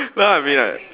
well I mean like